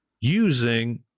using